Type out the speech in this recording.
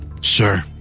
Sir